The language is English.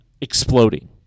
exploding